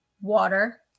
water